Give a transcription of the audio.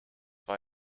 war